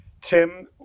Tim